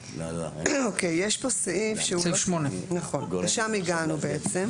סעיף 8. נכון, לשם הגענו בעצם.